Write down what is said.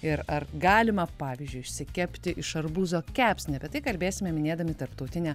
ir ar galima pavyzdžiui išsikepti iš arbūzo kepsnį apie tai kalbėsime minėdami tarptautinę